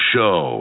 Show